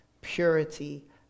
purity